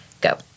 go